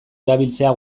erabiltzea